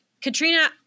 katrina